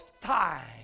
time